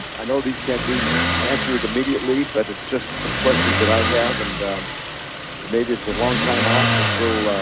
i know these can't be answered immediately, but it's just some questions that i have and but maybe it's a long time off, but we'll,